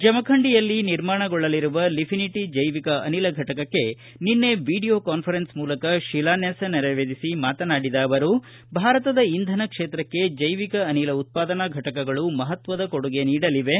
ಜಮಖಂಡಿಯಲ್ಲಿ ನಿರ್ಮಾಣಗೊಳ್ಳಲಿರುವ ಲೀಫಿನಿಟಿ ಜೈವಿಕ ಅನಿಲ ಘಟಕಕ್ಕೆ ನಿನ್ನೆ ವಿಡಿಯೋ ಕಾನ್ವರೆನ್ಸ್ ಮೂಲಕ ಶಿಲಾನ್ಲಾಸ ನೆರವೇರಿಸಿ ಮಾತನಾಡಿದ ಅವರು ಭಾರತದ ಇಂಧನ ಕ್ಷೇತ್ರಕ್ಷೆ ಜೈವಿಕ ಅನಿಲ ಉತ್ಪಾದನಾ ಘಟಕಗಳು ಮಹತ್ವದ ಕೊಡುಗೆ ನೀಡಲಿವೆ